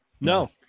No